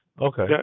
Okay